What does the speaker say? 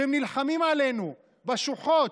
שהם נלחמים עלינו בשוחות,